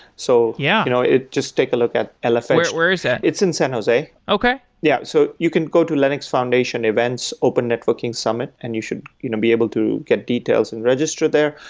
so yeah you know just take a look at lf edge where is that? it's in san jose. okay yeah. so you can go to linux foundation events open networking summit and you should you know be able to get details and register there.